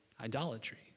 idolatry